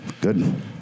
Good